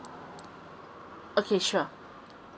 okay sure